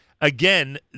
Again